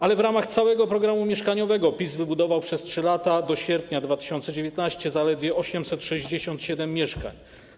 Ale w ramach całego programu mieszkaniowego PiS wybudował przez 3 lata do sierpnia 2019 r. zaledwie 867 mieszkań.